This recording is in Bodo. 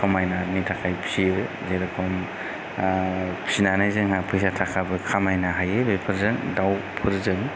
समायनानि थाखाय फियो जेरख'म फिनानै जोंहा फैसा थाखाबो खामायनो हायो बेफोरजों दाउफोरजों